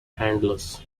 handlers